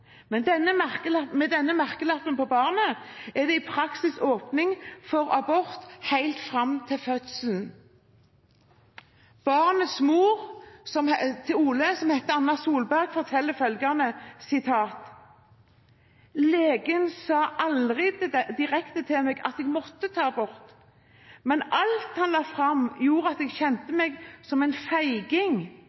Med denne merkelappen på barnet er det i praksis åpning for abort helt fram til fødselen. Oles mor, Anna Solberg, forteller at legen aldri sa direkte til henne at hun måtte ta abort, men at alt han la fram, gjorde at hun kjente seg som en feiging